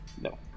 no